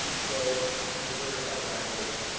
so you heard about language.